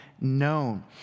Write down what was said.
known